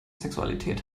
sexualität